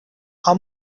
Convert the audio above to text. how